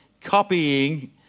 copying